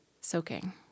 soaking